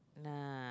nah